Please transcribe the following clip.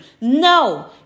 No